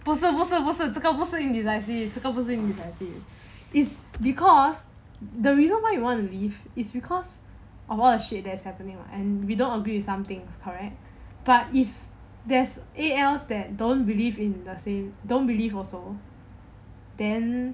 不是不是不是这个不是 indecisive 这个不是 indecisive is because the reason why you want to leave is because of all the shit that is happening and we don't agree with some things correct but if there's a else that don't believe in the same don't believe also then